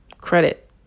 credit